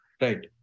Right